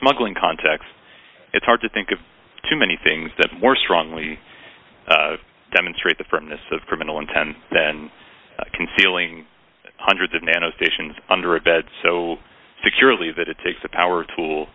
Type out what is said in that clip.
smuggling context it's hard to think of too many things that more strongly demonstrate the firmness of criminal intent than concealing hundreds of nano stations under a bed so securely that it takes a power tool